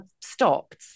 stopped